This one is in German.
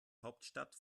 hauptstadt